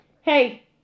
Hey